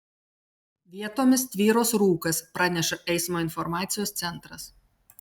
vietomis tvyros rūkas praneša eismo informacijos centras